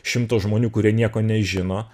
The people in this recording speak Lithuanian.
šimtą žmonių kurie nieko nežino